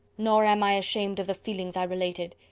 nor am i ashamed of the feelings i related.